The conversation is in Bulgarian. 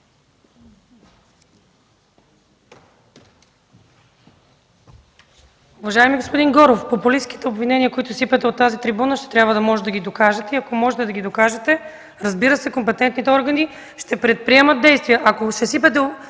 Уважаеми господин Горов, популистките обвинения, които сипете от тази трибуна, ще трябва да можете да ги докажете. Ако можете да ги докажете, разбира се, компетентните органи ще предприемат действия.